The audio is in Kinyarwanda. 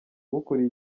ukuriye